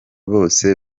bose